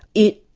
it